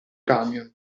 camion